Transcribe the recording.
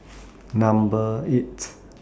Number eight